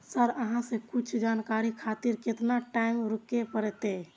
Sir अहाँ से कुछ जानकारी खातिर केतना टाईम रुके परतें?